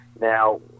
Now